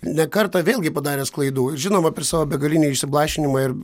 ne kartą vėlgi padaręs klaidų žinoma per savo begalinį išsiblaškymą ir